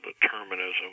determinism